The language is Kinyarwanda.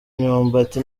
imyumbati